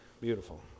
Beautiful